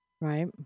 right